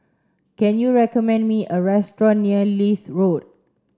can you recommend me a restaurant near Leith Road